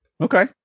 Okay